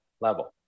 level